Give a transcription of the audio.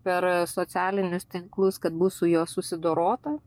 per socialinius tinklus kad bus su juo susidorota